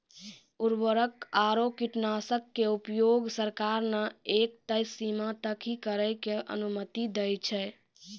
उर्वरक आरो कीटनाशक के उपयोग सरकार न एक तय सीमा तक हीं करै के अनुमति दै छै